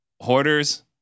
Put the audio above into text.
hoarders